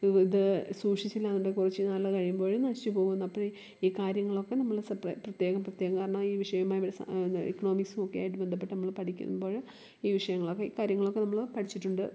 ഇതു സൂക്ഷിച്ചില്ലയെന്നുണ്ടെങ്കിൽ കുറച്ചു കാലം കഴിയുമ്പോൾ നശിച്ചു പോകുമെന്ന് അപ്പോഴേ ഈ കാര്യങ്ങളൊക്കെ നമ്മൾ സെപറേറ്റ് പ്രത്യേകം പ്രത്യേകം കാരണം ഈ വിഷയവുമായി എക്കണോമിക്സുമൊക്കെയായിട്ട് ബന്ധപ്പെട്ട് നമ്മൾ പഠിക്കുമ്പോൾ ഈ വിഷയങ്ങളൊക്കെ ഈ കാര്യങ്ങളൊക്കെ നമ്മൾ പഠിച്ചിട്ടുണ്ട്